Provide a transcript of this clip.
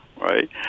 Right